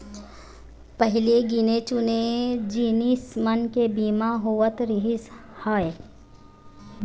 पहिली गिने चुने जिनिस मन के बीमा होवत रिहिस हवय